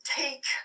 take